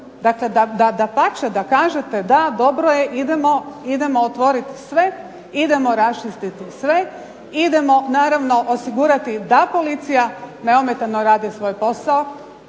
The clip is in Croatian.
Dakle da dapače, da kažete da dobro je, idemo otvoriti sve, idemo raščistiti sve, idemo naravno osigurati da policija neometano radi svoj posao,